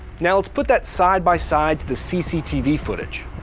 now let's put that side by side to the cctv footage.